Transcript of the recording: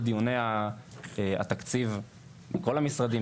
בדיוני התקציב כל המשרדים,